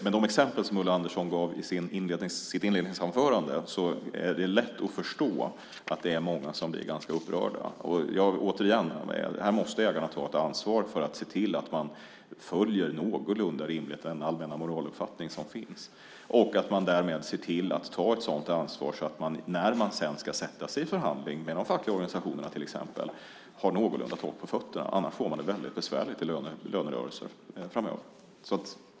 Med de exempel som Ulla Andersson gav i sitt inledningsanförande är det lätt att förstå att det är många som blir ganska upprörda. Här måste ägarna ta ett ansvar för att man någorlunda följer den allmänna moraluppfattning som finns och att man därmed ser till att ta ett sådant ansvar att man när man sedan ska sätta sig i förhandling med till exempel har någorlunda torrt på fötterna. Annars får det väldigt besvärligt i lönerörelser framöver.